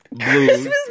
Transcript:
Christmas